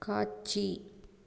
காட்சி